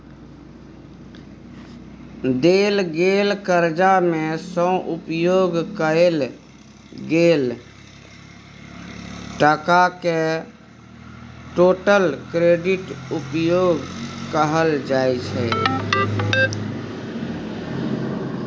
देल गेल करजा मे सँ उपयोग कएल गेल टकाकेँ टोटल क्रेडिट उपयोग कहल जाइ छै